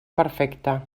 perfecte